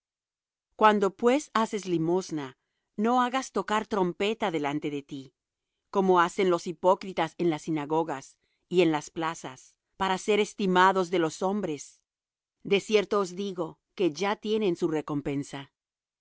cuando pues haces limosna no hagas tocar trompeta delante de ti como hacen los hipócritas en las sinagogas y en las plazas para ser estimados de los hombres de cierto os digo que ya tienen su recompensa